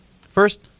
First